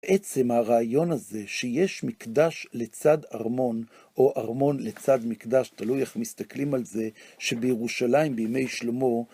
עצם הרעיון הזה שיש מקדש לצד ארמון, או ארמון לצד מקדש, תלוי איך מסתכלים על זה, שבירושלים, בימי שלמה,